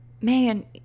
man